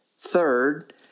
Third